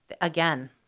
again